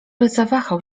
zawahał